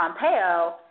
Pompeo